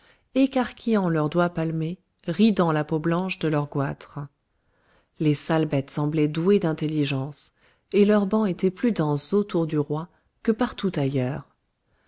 écarquillant leurs doigts palmés ridant la peau blanche de leurs goîtres les sales bêtes semblaient douées d'intelligence et leurs bancs étaient plus denses autour du roi que partout ailleurs